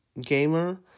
gamer